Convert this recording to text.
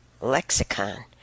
lexicon